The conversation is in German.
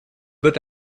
wird